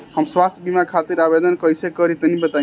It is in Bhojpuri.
हम स्वास्थ्य बीमा खातिर आवेदन कइसे करि तनि बताई?